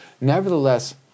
Nevertheless